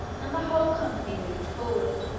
and the whole company moved forward.